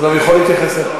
הוא גם יכול להתייחס אליהן.